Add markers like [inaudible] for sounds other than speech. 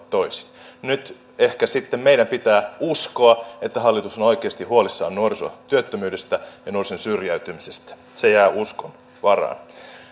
[unintelligible] toisin nyt ehkä sitten meidän pitää uskoa että hallitus on oikeasti huolissaan nuorisotyöttömyydestä ja nuorison syrjäytymisestä se jää uskon varaan